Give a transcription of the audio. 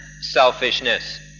selfishness